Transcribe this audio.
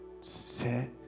Set